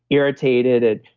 irritated,